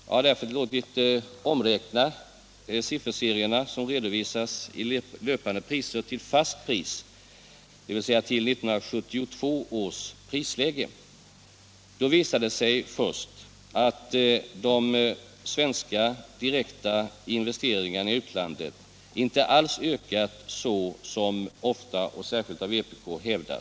Jag har därför låtit omräkna sifferserierna, som redovisas i löpande priser, till fast pris, dvs. till 1972 års prisläge. Nr 128 Då visar det sig först att de svenska direkta investeringarna i utlandet Onsdagen den inte alls har ökat så som ofta, och särskilt av vpk, har hävdats.